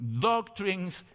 doctrines